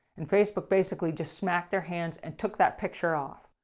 and facebook basically just smacked their hands and took that picture off.